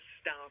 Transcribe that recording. stop